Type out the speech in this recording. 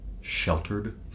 sheltered